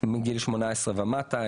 מגיל 18 ומטה.